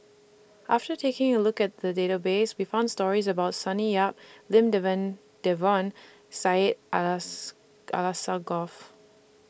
after taking A Look At The Database We found stories about Sonny Yap Lim Devan Devon Syed as Alsagoff